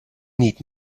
need